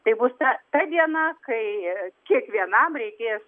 tai bus ta ta diena kai kiekvienam reikės